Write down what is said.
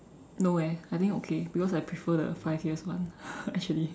no eh I think okay because I prefer the five years one actually